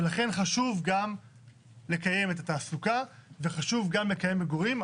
לכן חשוב גם לקיים את התעסוקה וחשוב גם לקיים מגורים,